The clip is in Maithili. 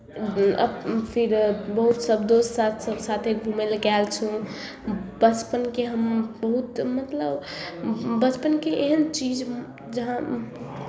अप फेर बहुत सभ दोस्त साथ सभ साथे घूमय लए गएल छलहुँ बचपनके हम बहुत मतलब बचपनके एहन चीज जहाँ